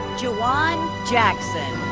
jajuan jackson.